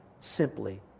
simply